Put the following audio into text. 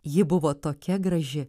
ji buvo tokia graži